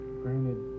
granted